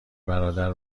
برادر